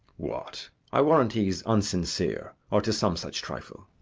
what, i warrant he's unsincere, or tis some such trifle.